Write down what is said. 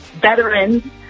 veterans